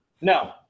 No